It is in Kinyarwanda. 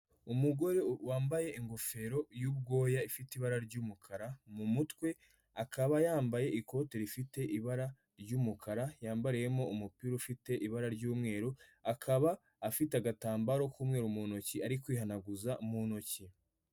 Umugore wambaye ingofero y'ubwoya ifite ibara ry'umukara mu mutwe akaba yambaye ikote rifite ibara ry'umukara yambariyemo umupira ufite ibara ry'umweru akaba afite agatambaro k'umweru mu ntoki ari kwihanaguza mu ntoki.